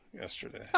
yesterday